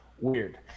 Weird